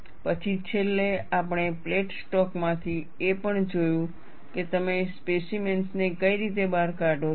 પછી છેલ્લે આપણે પ્લેટ સ્ટોક માંથી એ પણ જોયું કે તમે સ્પેસીમેન્સ ને કઈ રીતે બહાર કાઢો છો